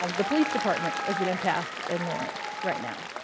um the police department is at impasse in lawrence right now.